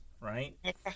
right